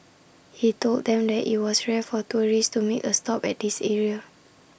he told them that IT was rare for tourists to make A stop at this area